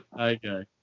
Okay